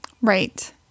Right